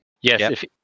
Yes